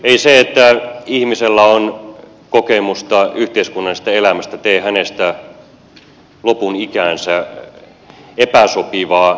ei se että ihmisellä on kokemusta yhteiskunnallisesta elämästä tee hänestä lopun ikäänsä epäsopivaa muihin ammatteihin